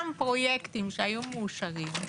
גם פרויקטים שהיו מאושרים,